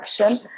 action